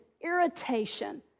irritation